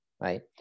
right